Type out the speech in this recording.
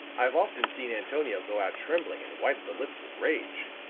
i've often seen antonio go out trembling and white at the lips with rage.